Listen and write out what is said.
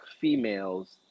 females